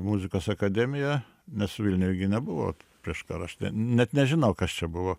muzikos akademiją nes vilniuj gi nebuvo prieš karą net nežinau kas čia buvo